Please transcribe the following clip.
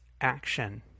Action